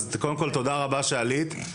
אז תודה רבה שעלית.